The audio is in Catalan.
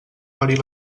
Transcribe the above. parir